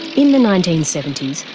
in the nineteen seventy s,